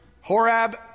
Horab